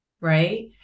right